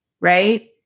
Right